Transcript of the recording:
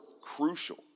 crucial